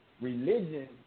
Religion